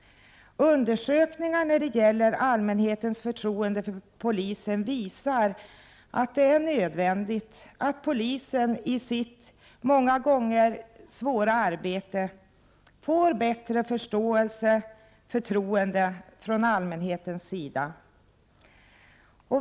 Undersökningar angående allmänhetens förtroende för polisen visar att detta är nödvändigt, dvs. att polisen i sitt mycket svåra arbete behöver bättre förståelse och förtroende från allmänhetens sida.